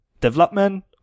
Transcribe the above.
development